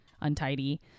untidy